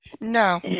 No